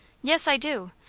yes, i do.